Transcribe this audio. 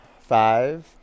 Five